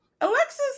Alexis